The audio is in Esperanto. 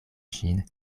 ŝin